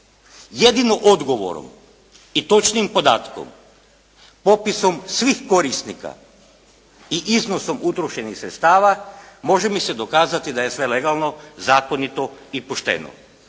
Jedino odgovorom i točnim podatkom, popisom svih korisnika i iznosom utrošenih sredstava može mi se dokazati da je sve legalno, zakonito i pošteno.